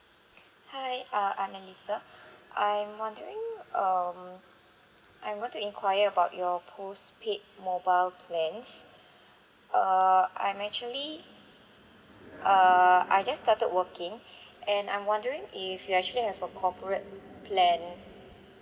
hi uh I'm alisa I'm wondering um I want to enquire about your postpaid mobile plans uh I'm actually uh I just started working and I'm wondering if you actually have a corporate plan